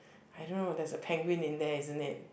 I don't know there's a penguin in there isn't it